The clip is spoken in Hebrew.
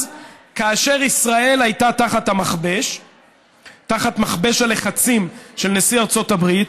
אז כאשר ישראל הייתה תחת מכבש הלחצים של נשיא ארצות הברית,